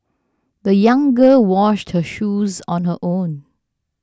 the young girl washed her shoes on her own